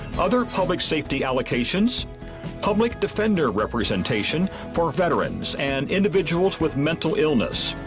other public safety allocations public defender representation for veterans, and individuals with mental illness.